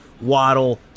Waddle